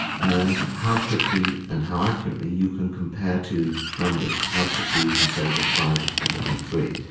and how quickly and how accurately you can compare two numbers, how quickly you can say that five is bigger than three.